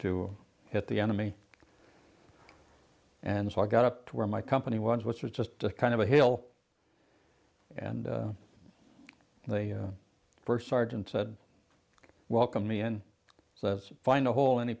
to hit the enemy and so i got up to where my company was which was just kind of a hill and the first sergeant said welcome me and let's find a hole any